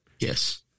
yes